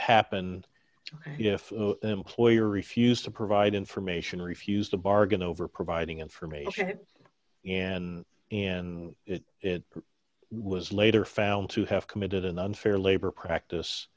happen if employer refused to provide information refused to bargain over providing information and and it was later found to have committed an unfair labor practice